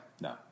No